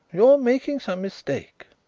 you are making some mistake.